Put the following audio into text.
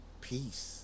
Peace